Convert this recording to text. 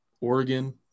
Oregon